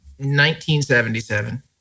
1977